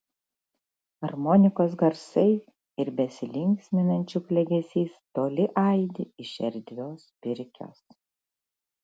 armonikos garsai ir besilinksminančių klegesys toli aidi iš erdvios pirkios